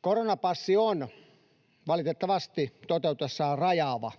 Koronapassi on valitettavasti toteutuessaan rajaava,